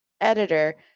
editor